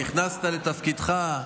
אני רק זוכר שכשנכנסת לתפקידך,